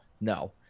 No